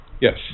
Yes